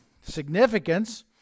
significance